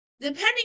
depending